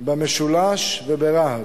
במשולש וברהט.